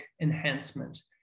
enhancement